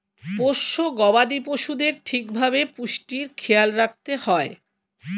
পোষ্য গবাদি পশুদের ঠিক ভাবে পুষ্টির খেয়াল রাখতে হয়